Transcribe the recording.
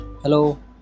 Hello